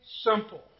simple